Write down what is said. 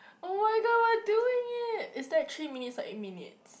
[oh]-my-god what doing it is that three minutes or eight minutes